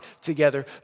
together